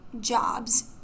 Jobs